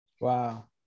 Wow